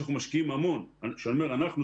אנחנו משקיעים המון כשאני אומר אנחנו,